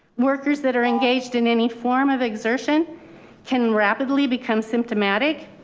workers that are engaged in any form of exertion can rapidly become symptomatic